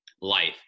life